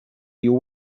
your